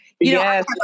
Yes